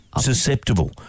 Susceptible